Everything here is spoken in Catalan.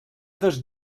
dos